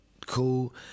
cool